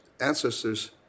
ancestors